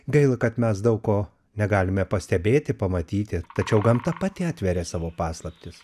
gaila kad mes daug ko negalime pastebėti pamatyti tačiau gamta pati atveria savo paslaptis